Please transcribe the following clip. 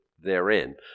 therein